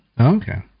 Okay